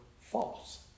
false